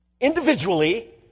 Individually